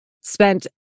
spent